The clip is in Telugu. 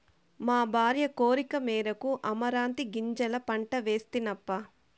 మా భార్య కోరికమేరకు అమరాంతీ గింజల పంట వేస్తినప్పా